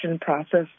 process